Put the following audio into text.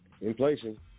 inflation